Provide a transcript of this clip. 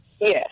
Yes